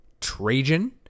Trajan